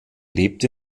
lebt